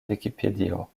vikipedio